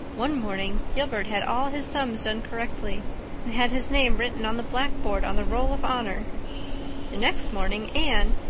one morning gilbert had all his sums done correctly and had his name written on the blackboard on the roll of honor the next morning anne,